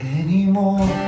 anymore